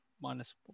Minus